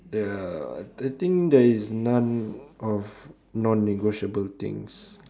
uh I think there is none of non negotiable things